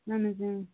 اَہَن حظ اۭں